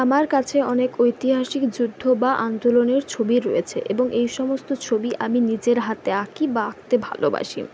আমার কাছে অনেক ঐতিহাসিক যুদ্ধ বা আন্দোলনের ছবি রয়েছে এবং এই সমস্ত ছবি আমি নিজের হাতে আঁকি বা আঁকতে ভালোবাসি